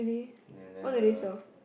and then the